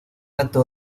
acto